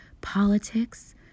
politics